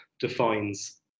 defines